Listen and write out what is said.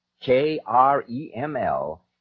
K-R-E-M-L